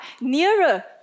nearer